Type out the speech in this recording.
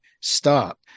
stop